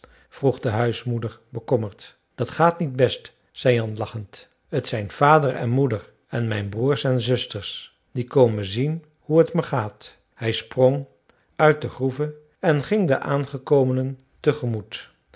vroeg de huismoeder bekommerd dat gaat niet best zei jan lachend t zijn vader en moeder en mijn broers en zusters die komen zien hoe t me gaat hij sprong uit de groeve en ging de aangekomenen